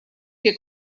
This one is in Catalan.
què